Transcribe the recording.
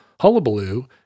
hullabaloo